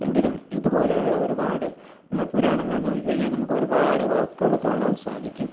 എങ്കിലും ഇതുപോലെയുള്ള ഒരുപാട് നമ്മൾ പുരാണങ്ങൾ നോക്കി കഴിഞ്ഞാൽ നമുക്ക് ഒരുപാട് വാക്കുകൾ കാണാൻ സാധിക്കും